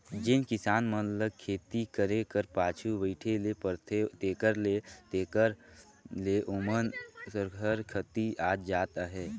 जेन किसान मन ल खेती करे कर पाछू बइठे ले परथे तेकर ले तेकर ले ओमन सहर कती आत जात अहें